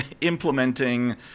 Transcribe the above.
implementing